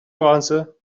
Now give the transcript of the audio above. france